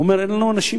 הוא אומר: אין לנו אנשים.